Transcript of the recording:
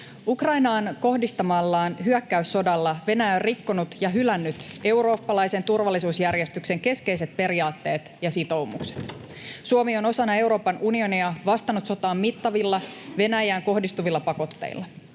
Ukrainaan kohdistamallaan hyökkäyssodalla Venäjä on rikkonut ja hylännyt eurooppalaisen turvallisuusjärjestyksen keskeiset periaatteet ja sitoumukset. Suomi on osana Euroopan unionia vastannut sotaan mittavilla Venäjään kohdistuvilla pakotteilla.